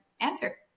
answer